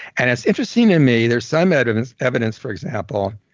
and it's interesting to me, there's some evidence evidence for example,